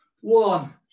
one